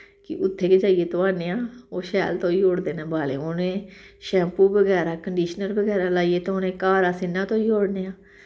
कि उत्थें गै जाइयै धोआने आं ओह् शैल धोई ओड़दे न बालेंई उनें शैंपू बगैरा कंडिशर बगैरा लाइयै धोने घर अस इ'यां धोई ओड़ने आं